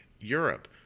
Europe